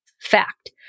Fact